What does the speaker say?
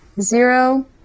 Zero